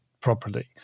properly